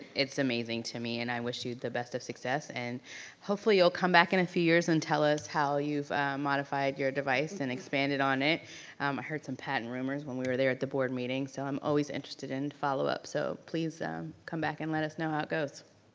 it's amazing to me and i wish you the best of success and hopefully you'll come back in a few years and tell us how you've modified your device and expanded on it. i heard some patent rumors when we were there at the board meeting, so i'm always interested in follow-up. so, please come back and let us know how it goes.